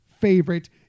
favorite